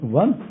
one